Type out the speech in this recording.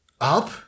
Up